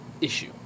issue